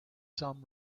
some